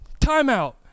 timeout